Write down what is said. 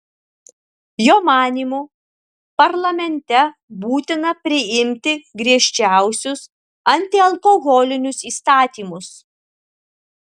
jo manymu parlamente būtina priimti griežčiausius antialkoholinius įstatymus